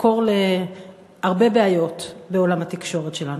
מקור להרבה בעיות בעולם התקשורת שלנו.